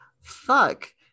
fuck